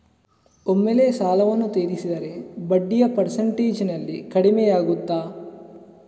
ಒಮ್ಮೆಲೇ ಸಾಲವನ್ನು ತೀರಿಸಿದರೆ ಬಡ್ಡಿಯ ಪರ್ಸೆಂಟೇಜ್ನಲ್ಲಿ ಕಡಿಮೆಯಾಗುತ್ತಾ?